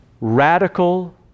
radical